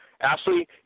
Ashley